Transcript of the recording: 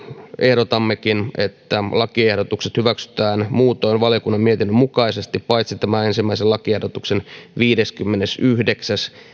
ehdotammekin että lakiehdotukset hyväksytään muutoin valiokunnan mietinnön mukaisesti paitsi tämä ensimmäisen lakiehdotuksen viideskymmenesyhdeksäs